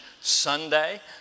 Sunday